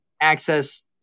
access